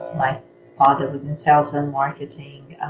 my father was in sales and marketing.